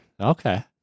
Okay